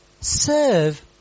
Serve